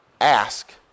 ask